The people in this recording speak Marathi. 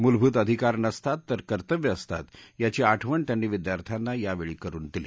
मूलभूत अधिकार नसतात तर कर्तव्य असतात याची आठवण त्यांनी विद्यार्थ्यांना यावेळी करून दिली